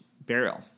burial